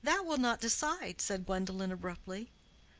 that will not decide, said gwendolen, abruptly.